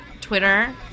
Twitter